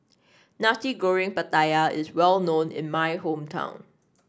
Nasi Goreng Pattaya is well known in my hometown